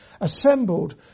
assembled